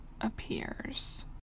appears